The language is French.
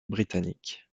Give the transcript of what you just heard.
britannique